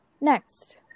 Next